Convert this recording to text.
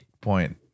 point